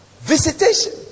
Visitation